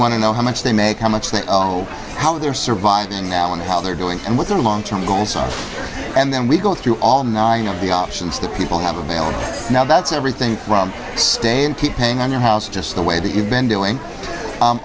want to know how much they make how much they know how they're surviving now and how they're doing and what their long term goals are and then we go through all the options that people have available now that's everything from stay and keep paying on your house just the way that you've been doing